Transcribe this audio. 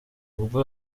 ubwo